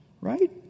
right